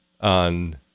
on